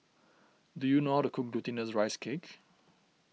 do you know how to cook Glutinous Rice Cake